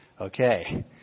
Okay